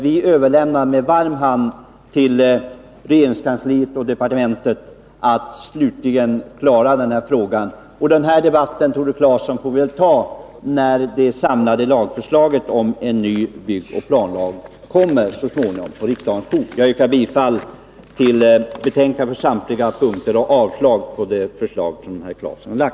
Vi överlämnar i stället med varm hand åt regeringskansliet och departementet att slutligen klara denna fråga. Och denna debatt får vi väl ta, Tore Claeson, när det samlade lagförslaget om en ny planoch bygglag så småningom kommer på riksdagens bord. Jag yrkar bifall till utskottets hemställan på samtliga punkter och avslag på Tore Claesons förslag.